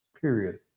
period